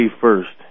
first